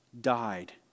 died